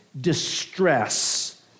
distress